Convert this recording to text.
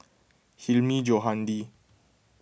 Hilmi Johandi